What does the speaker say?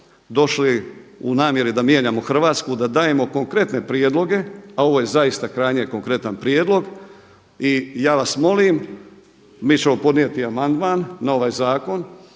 došli u namjeri da mijenjamo Hrvatsku, da dajemo konkretne prijedloge, a ovo je zaista krajnje konkretan prijedlog. I ja vas molim mi ćemo podnijeti amandman na ovaj zakon